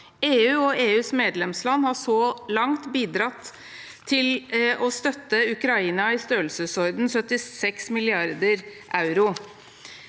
EU og EUs medlemsland har så langt bidratt til å støtte Ukraina i størrelsesordenen 76 milliarder euro.